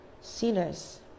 Sinners